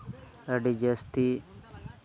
ᱟᱹᱰᱤ ᱡᱟᱹᱥᱛᱤ